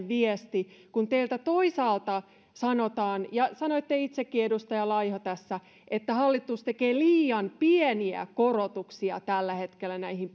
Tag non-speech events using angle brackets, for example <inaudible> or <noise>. <unintelligible> viesti kun teiltä toisaalta sanotaan ja sanoitte itsekin edustaja laiho tässä että hallitus tekee liian pieniä korotuksia tällä hetkellä näihin <unintelligible>